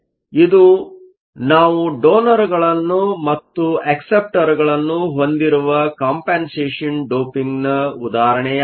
ಆದ್ದರಿಂದ ಇದು ನಾವು ಡೋನರ್ಗಳನ್ನು ಮತ್ತು ಅಕ್ಸೆಪ್ಟರ್ಗಳನ್ನು ಹೊಂದಿರುವ ಕಂಪನ್ಸೆಷನ್ ಡೋಪಿಂಗ್ದ ಉದಾಹರಣೆಯಾಗಿದೆ